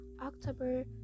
October